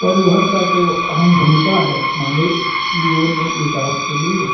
परिवहन की तो अहम भूमिका है मानव जीवन में विकास के लिए